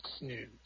News